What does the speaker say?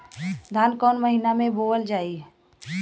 धान कवन महिना में बोवल जाई?